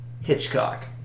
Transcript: Hitchcock